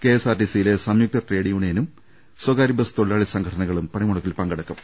K S R T സിയിലെ സംയുക്ത trade യൂണിയനും സ്ഥകാര്യ ബസ് തൊഴിലാളി സംഘടനകളും പണിമുടക്കിൽ പങ്കെടുക്കും